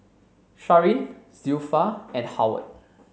Sharyn Zilpha and Howard